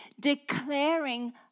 declaring